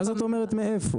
מה זאת אומרת מאיפה?